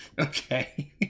Okay